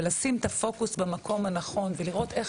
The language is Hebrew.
ולשים את הפוקוס במקום הנכון ולראות איך